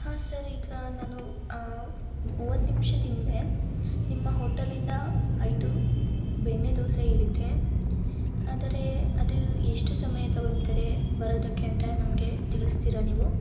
ಹಾಂ ಸರ್ ಈಗ ನಾನು ಮೂವತ್ತು ನಿಮ್ಷದ ಹಿಂದೆ ನಿಮ್ಮ ಹೋಟಲಿಂದ ಐದು ಬೆಣ್ಣೆದೋಸೆ ಹೇಳಿದ್ದೆ ಆದರೆ ಅದು ಎಷ್ಟು ಸಮಯ ತಗೊತಾರೆ ಬರೋದಕ್ಕೆ ಅಂತ ನಮಗೆ ತಿಳಿಸ್ತೀರಾ ನೀವು